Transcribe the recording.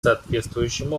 соответствующим